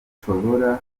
nshobora